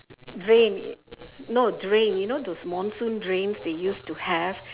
drain no drain you know those monsoon drains they used to have